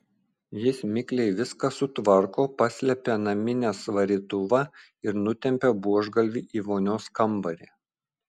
jis mikliai viską sutvarko paslepia naminės varytuvą ir nutempia buožgalvį į vonios kambarį